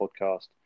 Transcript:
podcast